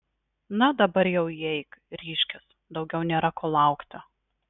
na dabar jau įeik ryžkis daugiau nėra ko laukti